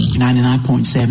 99.7